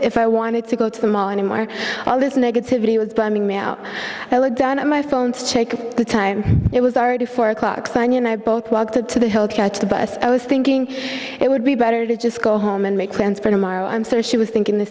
if i wanted to go to the mall anymore all this negativity was bumming now i look down at my phone to take the time it was already four o'clock sunday and i both walked up to the hill catch the bus i was thinking it would be better to just go home and make plans for tomorrow i'm so she was thinking the